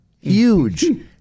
Huge